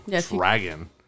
Dragon